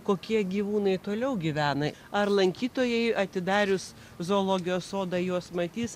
kokie gyvūnai toliau gyvena ar lankytojai atidarius zoologijos sodą juos matys